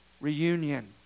reunion